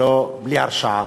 בלי הרשעה,